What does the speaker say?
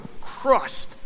crushed